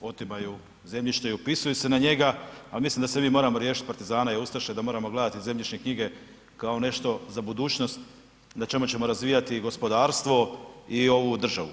otimaju zemljište i upisuju se na njega, ali mislim da se mi moramo riješiti partizana i ustaša, da moramo gledati zemljišne knjige kao nešto za budućnost na čemu ćemo razvijati i gospodarstvo i ovu državu.